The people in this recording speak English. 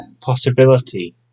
possibility